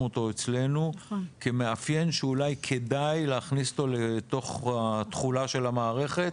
אותו אצלנו כמאפיין שאולי כדאי להכניס אותו לתוך התכולה של המערכת,